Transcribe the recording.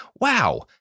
Wow